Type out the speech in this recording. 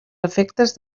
efectes